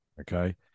okay